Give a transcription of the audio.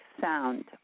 sound